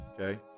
Okay